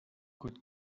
good